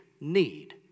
need